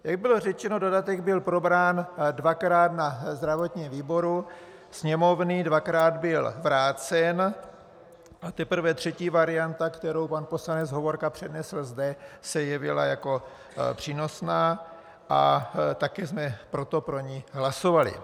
Jak bylo řečeno, dodatek byl probrán dvakrát na zdravotním výboru Sněmovny, dvakrát byl vrácen a teprve třetí varianta, kterou pan poslanec Hovorka přednesl zde, se jevila jako přínosná a také jsme proto pro ni hlasovali.